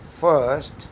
first